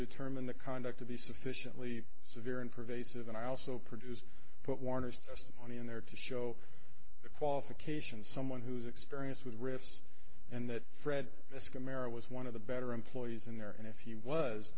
determine the conduct to be sufficiently severe and pervasive and i also produced what warner's testimony in there to show the qualifications someone who has experience with risks and that fred this camaro was one of the better employees in there and if he was